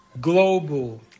Global